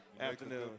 afternoon